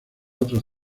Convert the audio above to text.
otros